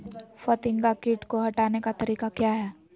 फतिंगा किट को हटाने का तरीका क्या है?